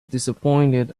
disappointed